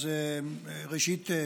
אז ראשית,